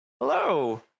hello